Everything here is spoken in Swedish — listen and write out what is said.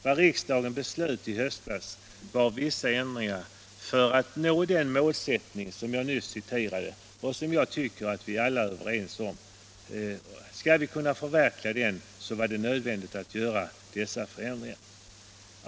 Vad riksdagen beslöt i höstas var vissa ändringar för att förverkliga den målsättning som jag nyss återgav och som såvitt jag förstår alla är överens om. För att vi skulle kunna förverkliga den var det nödvändigt att göra dessa förändringar.